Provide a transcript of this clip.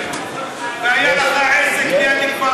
והיה לך עסק ליד כפר,